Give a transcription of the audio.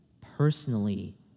personally